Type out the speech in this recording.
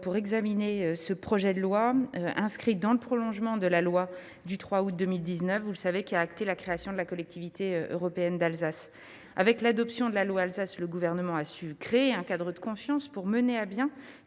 pour examiner ce projet de loi inscrit dans le prolongement de la loi du 3 août 2019 qui a, vous le savez, acté la création de la Collectivité européenne d'Alsace (CEA). Avec l'adoption de cette loi « Alsace », le Gouvernement a su créer un cadre de confiance pour mener à bien cette